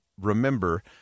remember